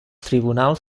tribunals